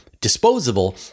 disposable